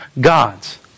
gods